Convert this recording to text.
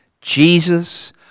Jesus